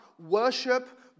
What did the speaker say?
worship